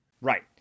right